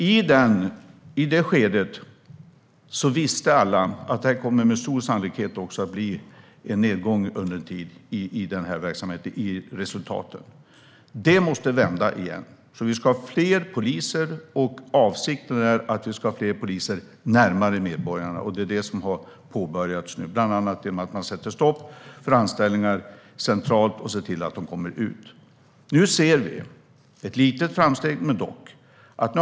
I det skedet visste alla att det med stor sannolikhet kommer att bli en nedgång under en tid i resultaten i verksamheten. Det måste vända igen. Vi ska ha fler poliser, och avsikten är att vi ska ha fler poliser närmare medborgarna. Det har påbörjats nu, bland annat genom att man sätter stopp för anställningar centralt och ser till att de kommer ut. Nu ser vi ett litet, men dock framsteg.